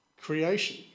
creation